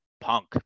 punk